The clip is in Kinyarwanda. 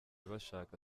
bashaka